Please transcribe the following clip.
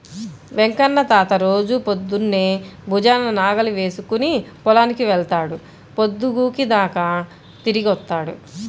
వెంకన్న తాత రోజూ పొద్దన్నే భుజాన నాగలి వేసుకుని పొలానికి వెళ్తాడు, పొద్దుగూకినాకే తిరిగొత్తాడు